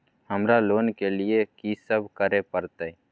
हमरा लोन के लिए की सब करे परतै?